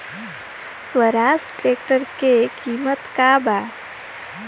Swaraj tractor के किमत का बा?